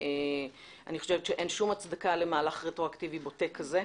אני חושבת שאין שום הצדקה למהלך רטרואקטיבי בוטה כזה,